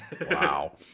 Wow